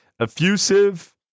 effusive